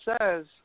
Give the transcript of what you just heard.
says